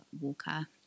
Walker